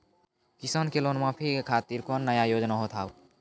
किसान के लोन माफी खातिर कोनो नया योजना होत हाव?